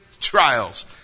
trials